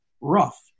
rough